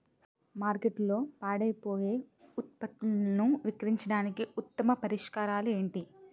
మార్కెట్లో పాడైపోయే ఉత్పత్తులను విక్రయించడానికి ఉత్తమ పరిష్కారాలు ఏంటి?